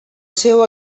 seu